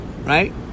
right